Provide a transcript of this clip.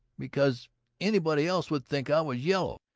because anybody else would think i was yellow.